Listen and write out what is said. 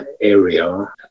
area